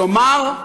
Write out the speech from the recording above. כלומר,